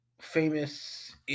famous